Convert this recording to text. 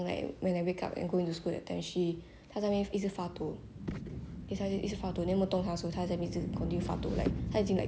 一下就一直发抖 then 我动它的时候它在那边 continue 发抖 like 它已经 like 冻结了 then a bit sad lor then after like when I turn back from school then